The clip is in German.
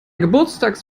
geburtstags